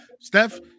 Steph